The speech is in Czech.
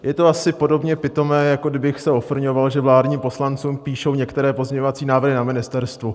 Je to asi podobně pitomé, jako kdybych se ofrňoval, že vládním poslancům píšou některé pozměňovací návrhy na ministerstvu.